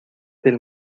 del